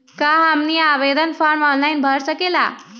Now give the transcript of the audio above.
क्या हमनी आवेदन फॉर्म ऑनलाइन भर सकेला?